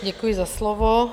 Děkuji za slovo.